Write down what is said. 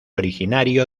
originario